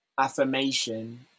affirmation